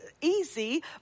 easy